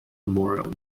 memorial